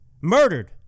murdered